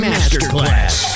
Masterclass